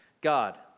God